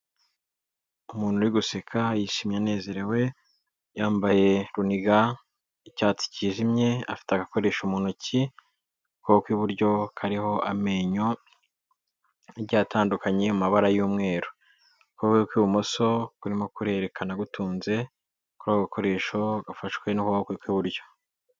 Umuntu uri guseka yishimye anezerewe, yambaye runiga y'icyatsi kijimye afite agakoresho mu ntoki ku kuboko ku iburyo kariho amenyo agiye atandukanye amabara y'umweru, ukuboko ku ibumoso kurimo kurerekana gutunze kuri ako gakoresho gafashwe n'ukuboko kwe ku iburyo.